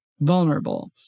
vulnerable